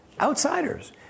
Outsiders